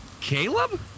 caleb